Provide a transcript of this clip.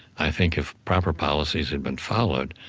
i think if proper policies had been followed,